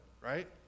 right